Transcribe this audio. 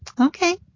Okay